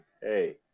hey